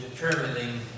determining